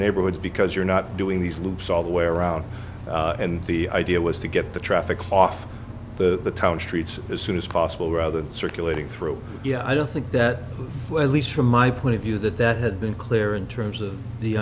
neighborhood because you're not doing these loops all the way around and the idea was to get the traffic off the streets as soon as possible rather than circulating through yeah i don't think that at least from my point of view that that had been clear in terms of the